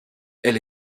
elle